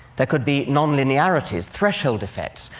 there could be non-linearities, threshold effects.